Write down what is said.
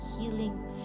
healing